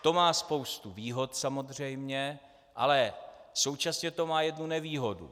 To má spoustu výhod samozřejmě, ale současně to má jednu nevýhodu.